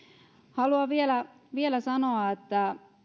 haluan vielä vielä sanoa että